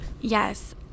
Yes